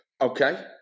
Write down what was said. Okay